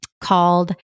called